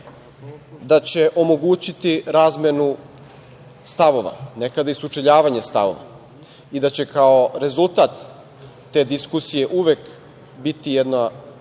da će omogućiti razmenu stavova, nekada i sučeljavanje stavova i da će kao rezultat te diskusije uvek biti jedna